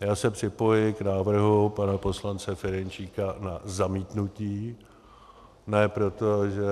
Já se připojuji k návrhu pana poslance Ferjenčíka na zamítnutí, ne proto, že